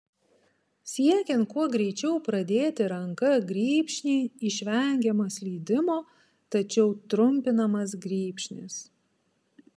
siekiant kuo greičiau pradėti ranka grybšnį išvengiama slydimo tačiau trumpinamas grybšnis